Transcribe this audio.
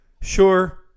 Sure